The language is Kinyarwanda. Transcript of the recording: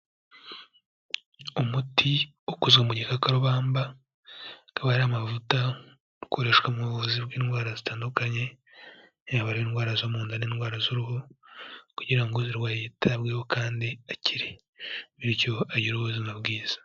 Umuti ukozwe mu gikakarubamba, akaba ari amavuta, ukoreshwa mu buvuzi bw'indwara zitandukanye, yaba ari indwara zo munda n'indwara z'uruhu kugira ngo uzirwaye yitabweho kandi akire, bityo agire ubuzima bwiza.